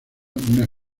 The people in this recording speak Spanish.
unas